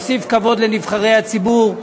מוסיף כבוד לנבחרי הציבור.